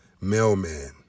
mailman